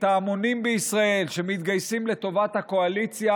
את ההמונים בישראל שמתגייסים לטובת הקואליציה